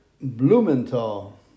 Blumenthal